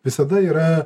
visada yra